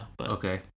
Okay